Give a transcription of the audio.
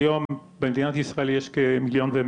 שהיום במדינת ישראל יש כ-1.1